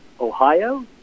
ohio